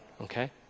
okay